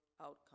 outcome